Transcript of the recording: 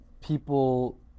people